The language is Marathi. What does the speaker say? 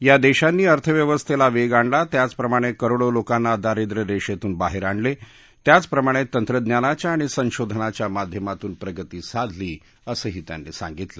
या देशांनी अर्थव्यवस्थेला वेग आणला त्याचप्रमाणे करोडो लोकांना दारिद्रय रेषेतून बाहेर आणले त्याचप्रमाणे तंत्रज्ञानाच्या आणि संशोधनांच्या माध्यमातून प्रगती साधली असंही ते म्हणाले